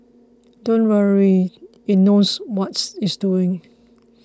don't worry it knows what's it's doing